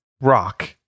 rock